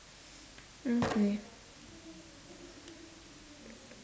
mm K